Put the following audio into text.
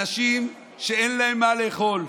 אנשים שאין להם מה לאכול,